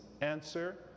answer